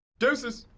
deuces,